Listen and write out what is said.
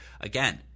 again